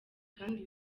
kandi